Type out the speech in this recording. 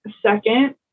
Second